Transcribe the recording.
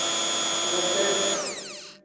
नमस्ते है सर